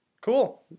Cool